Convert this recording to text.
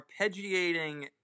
arpeggiating